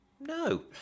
no